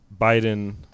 Biden